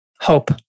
hope